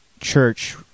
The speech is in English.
church